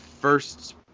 first